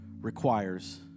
requires